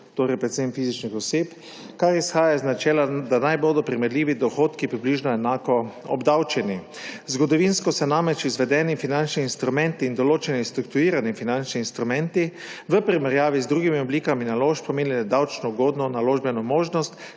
naložb predvsem fizičnih oseb, kar izhaja iz načela, da naj bodo primerljivi dohodki približno enako obdavčeni. Zgodovinsko so namreč izvedeni finančni instrumenti in določeni strukturirani finančni instrumenti v primerjavi z drugimi oblikami naložb pomenili davčno ugodno naložbeno možnost,